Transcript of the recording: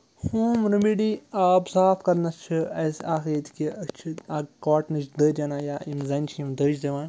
home remedy آب صاف کَرنَس چھِ اَسہِ اَکھ ییٚتہِ کہِ أسۍ چھِ اَکھ کاٹنٕچ دٔج اَنان یا یِم زَنہِ چھِ یِم دٔج دِوان